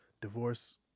divorce